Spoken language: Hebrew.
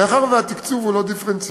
מאחר שהתקצוב הוא לא דיפרנציאלי,